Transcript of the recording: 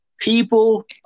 People